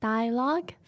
Dialogue